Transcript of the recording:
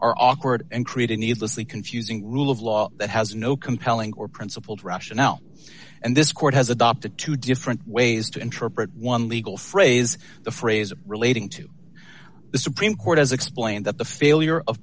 are awkward and create a needlessly confusing rule of law that has no compelling or principled rationale and this court has adopted two different ways to interpret one legal phrase the phrase relating to the supreme court as explained that the failure of